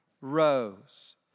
rose